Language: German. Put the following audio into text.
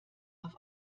auf